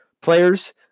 Players